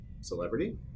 celebrity